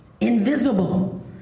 invisible